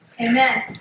Amen